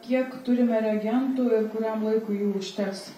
kiek turime reagentų ir kuriam laikui jų užteks